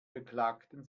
beklagten